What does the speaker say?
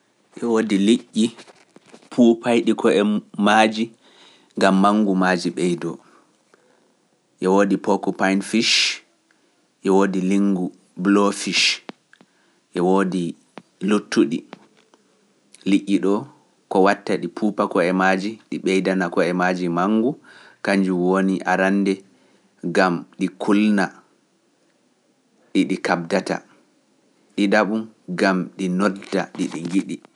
E woodi liƴƴi puupayɗi ko'e maaji gam mangu maaji ɓeydoo. E woodi pookupine fish. E woodi linggu blowfish. E woodi luttuɗi. Liƴƴi ɗo ko watta ɗi puupa ko'e maaji ɗi ɓeydana ko'e maaji mangu kanjum woni arande gam ɗi kulna ɗi ɗi kabdata, ɗiɗaɓum gam ɗi nodda ɗi ɗi ngiɗi.